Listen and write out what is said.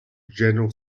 general